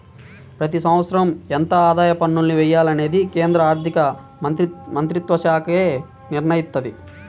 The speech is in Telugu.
ప్రతి సంవత్సరం ఎంత ఆదాయ పన్నుల్ని వెయ్యాలనేది కేంద్ర ఆర్ధికమంత్రిత్వశాఖే నిర్ణయిత్తది